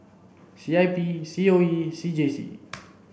C I P C O E and C J C